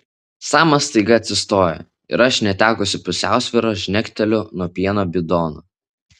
samas staiga atsistoja ir aš netekusi pusiausvyros žnekteliu nuo pieno bidono